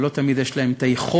ולא תמיד יש להם היכולת,